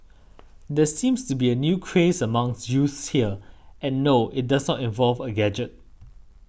there seems to be a new craze among youths here and no it does not involve a gadget